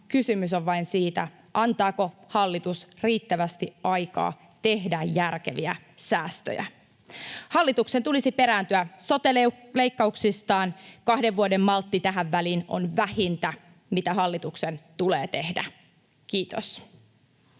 Kysymys on vain siitä, antaako hallitus riittävästi aikaa tehdä järkeviä säästöjä. Hallituksen tulisi perääntyä sote-leikkauksistaan. Kahden vuoden maltti tähän väliin on vähintä, mitä hallituksen tulee tehdä. — Kiitos.